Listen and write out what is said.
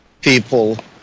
people